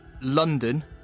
London